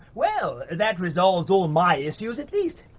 well, that resolve all my issues at least.